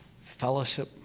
Fellowship